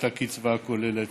את הקצבה הכוללת.